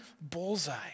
bullseye